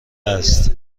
است